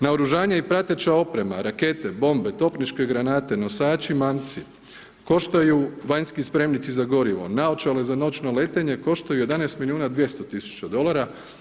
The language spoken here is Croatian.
Naoružanje i prateća oprema, rakete, bombe, topničke granate, nosači, mamci koštaju, vanjski spremnici za gorivo, naočale za noćno letenja košta 11 milijuna 200 tisuća dolara.